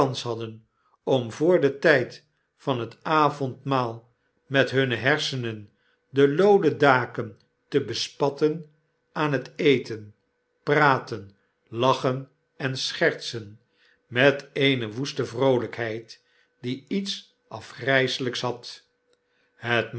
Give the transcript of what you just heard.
hadden om voor den tyd van het avondmaal met hunne hersenen de looden daken te bespatten aan het eten praten lachen en schertsen met eene woeste vroolykheid die lets afgryselyks had